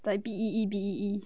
like bee bee